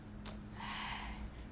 !hais!